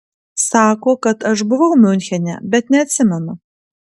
sako kad aš buvau miunchene bet neatsimenu